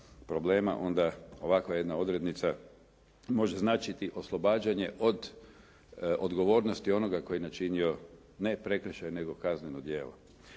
onda ovakva jedna odrednica može značiti oslobađanje od odgovornosti onoga koji je načinio ne prekršaj nego kazneno djelo.